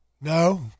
No